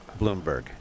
Bloomberg